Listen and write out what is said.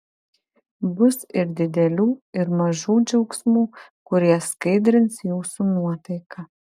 bus ir didelių ir mažų džiaugsmų kurie skaidrins jūsų nuotaiką